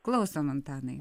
klausom antanai